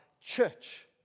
church